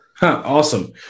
Awesome